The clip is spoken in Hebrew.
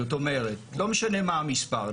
זאת אומרת, לא משנה מה המספר.